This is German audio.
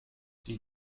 die